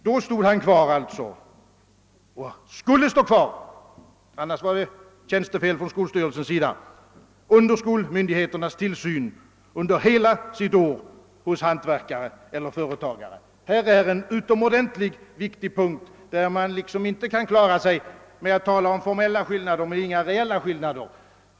Då stod han alltså kvar och skulle stå kvar — annars rörde det sig om tjänstefel av skolstyrelsen — under skolmyndigheternas tillsyn hela sitt år hos hantverkare eller företagare. Detta är en utomordentligt viktig punkt, där det inte går att komma undan med att tala om att det finns formella men inga reella skillnader.